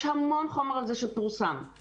יש המון חומר שפורסם על זה.